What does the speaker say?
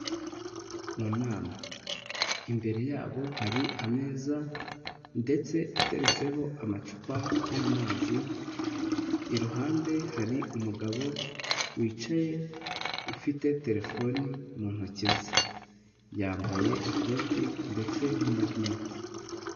Mu nama, imbere yabo hari ameza ndetse ateretseho amacupa y'amazi, iruhande hari umugabo wicaye ufite telefoni mu ntoki ze, yambaye ikoti ndetse na marinete.